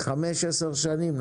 5-10 שנים,